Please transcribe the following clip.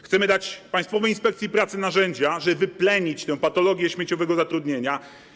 Chcemy dać Państwowej Inspekcji Pracy narzędzia, żeby wyplenić patologię śmieciowego zatrudnienia.